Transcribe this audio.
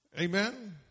Amen